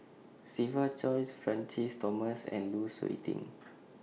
Siva Choy Francis Thomas and Lu Suitin